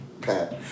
Pat